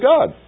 God